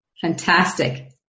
Fantastic